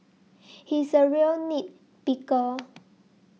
he is a real nit picker